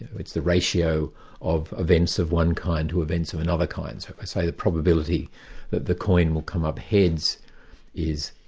it's the ratio of events of one kind to events of another kind. so if i say the probability that the coin will come up heads is.